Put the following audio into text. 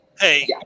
hey